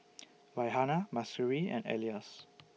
Raihana Mahsuri and Elyas